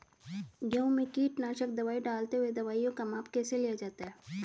गेहूँ में कीटनाशक दवाई डालते हुऐ दवाईयों का माप कैसे लिया जाता है?